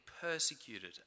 persecuted